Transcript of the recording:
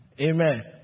Amen